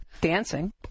dancing